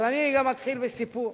אבל אני גם אתחיל בסיפור,